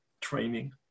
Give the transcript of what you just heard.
training